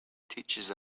teaches